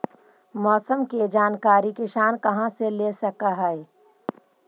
मौसम के जानकारी किसान कहा से ले सकै है?